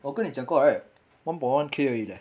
我跟你讲过了 right one point one K 而已 leh